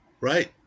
right